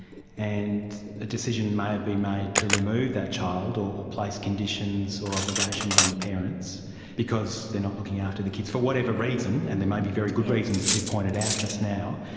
and a decision may have been made to remove that child or or place conditions or obligations on the parents because they are not looking after the kids, for whatever reason, and there may be very good reasons, as you pointed out just now.